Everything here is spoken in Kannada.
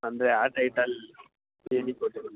ಅಂದರೆ ಆ ಟೈಟಲ್ ಏನಕ್ಕೆ ಬಂತು